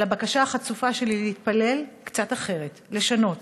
על הבקשה החצופה שלי להתפלל קצת אחרת, לשנות,